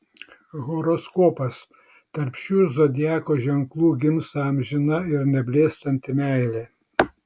horoskopas tarp šių zodiako ženklų gimsta amžina ir neblėstanti meilė